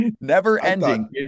never-ending